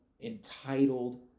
entitled